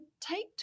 take